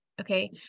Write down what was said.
Okay